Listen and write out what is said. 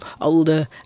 older